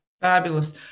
Fabulous